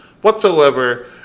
whatsoever